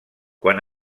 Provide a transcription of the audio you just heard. quan